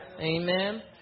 Amen